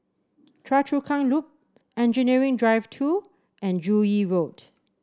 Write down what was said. Choa Chu Kang Loop Engineering Drive Two and Joo Yee Road